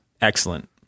Excellent